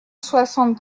soixante